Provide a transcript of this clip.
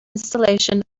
installation